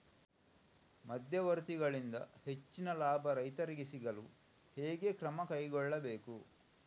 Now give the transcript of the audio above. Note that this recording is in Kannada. ಮಧ್ಯವರ್ತಿಗಳಿಂದ ಹೆಚ್ಚಿನ ಲಾಭ ರೈತರಿಗೆ ಸಿಗಲು ಹೇಗೆ ಕ್ರಮ ಕೈಗೊಳ್ಳಬೇಕು?